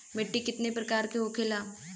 मिट्टी कितने प्रकार के होखेला?